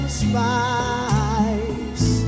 spice